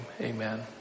Amen